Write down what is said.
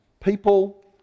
People